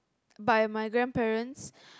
by my grandparents